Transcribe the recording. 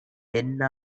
எண்ண